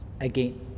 again